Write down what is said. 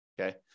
okay